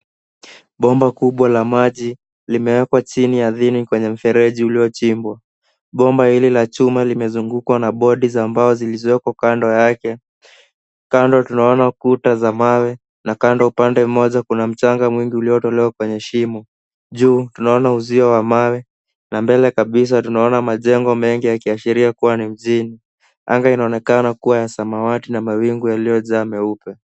Bomba kubwa la maji, limewekwa chini ardhini kwenye mfereji uliochimbwa. Bomba hili la chuma limezungukwa na bodi za mbao zilizowekwa kando yake. Kando tunaona kuta za mawe na kando upande mmoja kuna mchanga mwingi uliotolewa kwenye shimo. Juu tunaona uzio wa mawe na mbele kabisa tunaona majengo mengi yakiashiria kuwa ni mjini. Anga inaonekana kuwa ya samawati na mawingu yaliyojaa meupe.